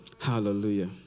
Hallelujah